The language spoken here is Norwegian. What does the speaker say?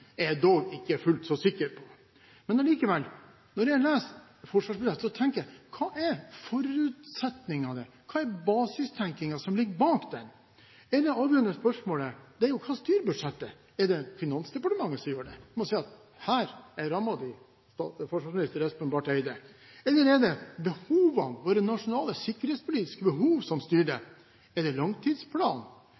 jeg dog ikke fullt så sikker på. Men allikevel, når jeg leser forsvarsbudsjettet, tenker jeg: Hva er forutsetningene? Hva er basistenkningen som ligger bak? Det avgjørende spørsmålet er jo: Hva er det som styrer budsjettet? Er det Finansdepartementet som gjør det ved å si: Her er rammen din, forsvarsminister Espen Barth Eide? Eller er det behovene, våre nasjonale sikkerhetspolitiske behov, som styrer?